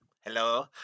Hello